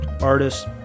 artists